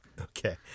Okay